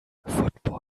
football